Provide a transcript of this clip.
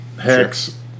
hex